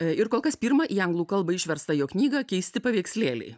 ir kol kas pirmą į anglų kalbą išverstą jo knygą keisti paveikslėliai